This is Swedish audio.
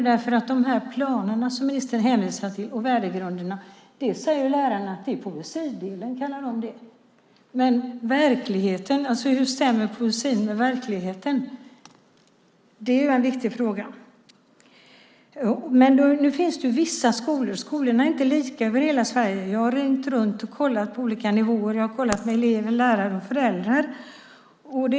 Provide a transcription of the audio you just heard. Ministern hänvisar till planer och värdegrunder, och det kallar lärarna poesidelen. Men hur stämmer poesin med verkligheten? Det är en viktig fråga. Skolorna är inte lika över hela Sverige. Jag har ringt runt och kollat på olika nivåer och kollat med elever, lärare och föräldrar.